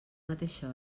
mateixa